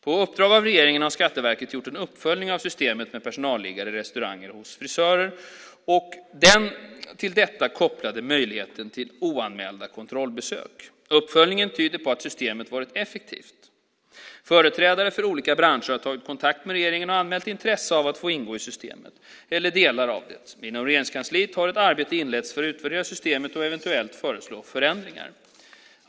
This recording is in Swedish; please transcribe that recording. På uppdrag av regeringen har Skatteverket gjort en uppföljning av systemet med personalliggare i restauranger och hos frisörer och den till detta kopplade möjligheten till oanmälda kontrollbesök. Uppföljningen tyder på att systemet varit effektivt. Företrädare för olika branscher har tagit kontakt med regeringen och anmält intresse av att få ingå i systemet eller delar av det. Inom Regeringskansliet har ett arbete inletts för att utvärdera systemet och eventuellt föreslå förändringar.